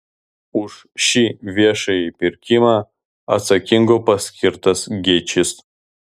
už šį viešąjį pirkimą atsakingu paskirtas gečis